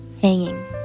hanging